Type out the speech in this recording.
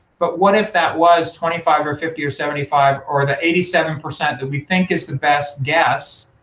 but what if that was was twenty five or fifty or seventy five or the eighty seven percent that we think is the best guess